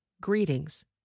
Greetings